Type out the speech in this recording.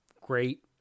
great